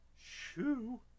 Shoo